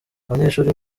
abanyeshuri